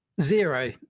zero